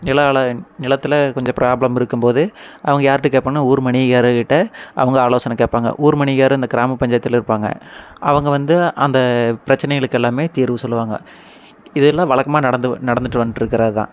நிலஅள நிலத்தில் கொஞ்சம் ப்ராப்ளம் இருக்கும்போது அவங்க யாருகிட்ட கேட்பாங்கன்னா ஊர் மணிகக்கார்க்கிட்ட அவங்க ஆலோசனை கேட்பாங்க ஊர் மணிகக்கார் அந்தக் கிராமப் பஞ்சாயத்தில் இருப்பாங்க அவங்க வந்து அந்த பிரச்சனைகளுக்கு எல்லாமே தீர்வு சொல்லுவாங்க இதெல்லாம் வழக்கமாக நடந்து நடந்துகிட்டு வந்துட்டு இருக்கிறது தான்